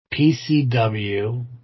PCW